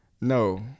No